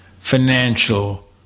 financial